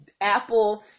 Apple